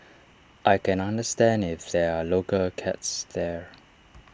I can understand if there are local cats there